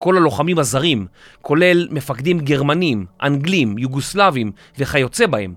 כל הלוחמים הזרים, כולל מפקדים גרמנים, אנגלים, יוגוסלבים וכיוצא בהם.